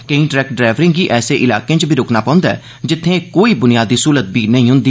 केई ट्रक डरैवरें गी ऐसे इलाकें च बी रूकना पौंदा ऐ जित्थें कोई बुनियादी स्हूलत बी नेई होंदी